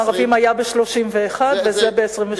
"על שולחן עגול עם הערבים" היה ב-1931 וזה ב-1923.